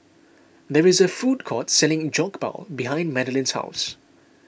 there is a food court selling Jokbal behind Madalynn's house